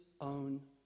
own